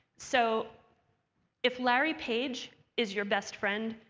so if larry page is your best friend,